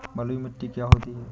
बलुइ मिट्टी क्या होती हैं?